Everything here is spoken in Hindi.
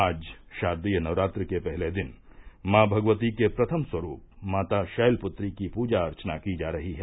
आज शारदीय नवरात्र के पहले दिन माँ भगवती के प्रथम स्वरूप माता शैलप्त्री की प्रजा अर्चना की जा रही है